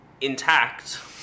Intact